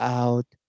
out